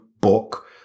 book